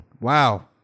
Wow